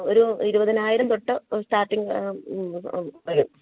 ഒരു ഇരുപതിനായിരം തൊട്ട് സ്റ്റാർട്ടിങ് റേറ്റ് വരും